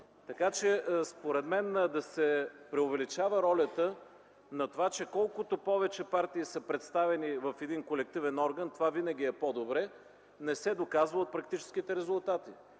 органи. Според мен да се преувеличава ролята на това, че колкото повече партии са представени в един колективен орган, това винаги е по-добре, не се доказва от практическите резултати.